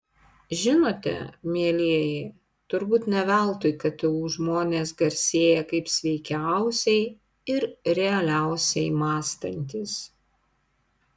žinote mielieji turbūt ne veltui ktu žmonės garsėja kaip sveikiausiai ir realiausiai mąstantys